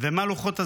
ומה לוחות הזמנים,